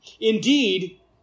Indeed